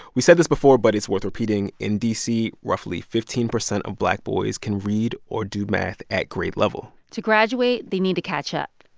we said this before, but it's worth repeating. in d c, roughly fifteen percent of black boys can read or do math at grade level to graduate, they need to catch up.